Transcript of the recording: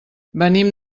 venim